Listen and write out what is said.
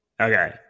Okay